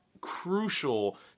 crucial